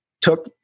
took